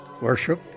Worship